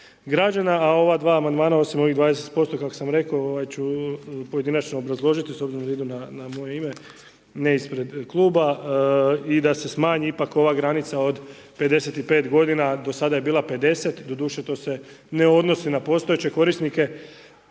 građana, a ova dva amandmana osim ovih 20% kak sam reko ću pojedinačno obrazložiti s obzirom da idu na moje ime, ne ispred kluba, i da se smanji ipak ova granica od 55 godina do sada je bila 50, doduše to se ne odnosi na postojeće korisnike,